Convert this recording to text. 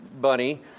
Bunny